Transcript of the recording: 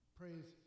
praise